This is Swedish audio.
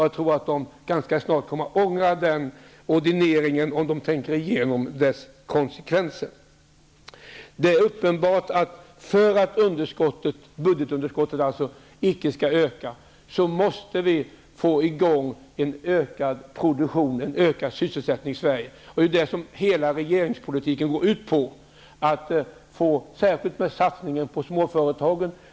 Jag tror att de ganska snart kommer att ångra denna ordination, om de tänker igenom dess konsekvenser. Det är uppenbart att vi, för att budgetunderskottet inte skall öka, måste få i gång en ökad produktion och en ökad sysselsättning i Sverige. Och det är ju detta som hela regeringspolitiken går ut på, särskilt satsningen på småföretagen.